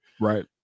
right